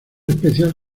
especial